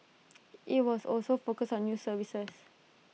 IT was also focus on new services